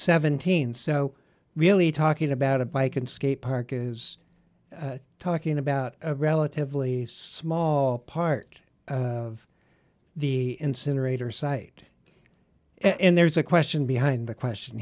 seventeen so really talking about a bike and skate park is talking about a relatively small part of the incinerator site and there's a question behind the question